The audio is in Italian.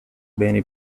beni